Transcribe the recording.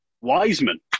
Wiseman